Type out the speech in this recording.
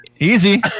Easy